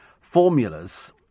formulas